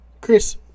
Chris